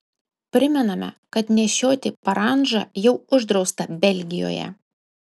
primename kad nešioti parandžą jau uždrausta belgijoje